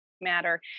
matter